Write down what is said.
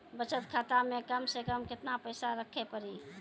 बचत खाता मे कम से कम केतना पैसा रखे पड़ी?